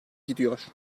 gidiyor